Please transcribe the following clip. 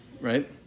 right